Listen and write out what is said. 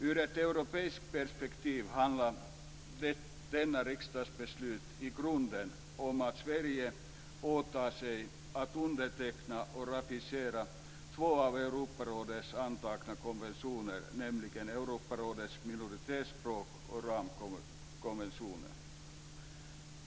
I ett europeiskt perspektiv handlar detta riksdagsbeslut i grunden om att Sverige åtar sig att underteckna och ratificera två av Europarådet antagna konventioner, nämligen Europarådets minoritetsspråks och ramkonventioner.